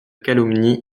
calomnie